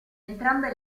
entrambe